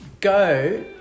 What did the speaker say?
go